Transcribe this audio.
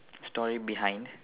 story behind